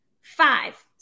five